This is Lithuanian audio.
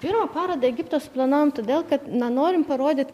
pirmą parodą egiptą planavome todėl kad na norim parodyt